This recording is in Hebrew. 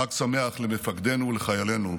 חג שמח למפקדינו ולחיילינו.